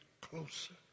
closer